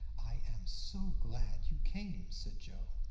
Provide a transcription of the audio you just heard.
i am so glad you came, said joe.